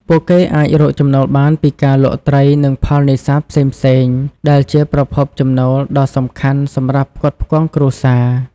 ពួកគេអាចរកចំណូលបានពីការលក់ត្រីនិងផលនេសាទផ្សេងៗ ដែលជាប្រភពចំណូលដ៏សំខាន់សម្រាប់ផ្គត់ផ្គង់គ្រួសារ។